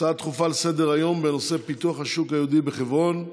הצעות לסדר-היום בנושא: פיתוח השוק היהודי בחברון,